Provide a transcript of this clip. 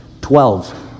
Twelve